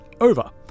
over